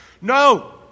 No